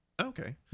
Okay